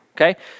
okay